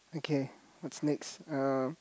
okay what's next uh